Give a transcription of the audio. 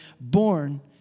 born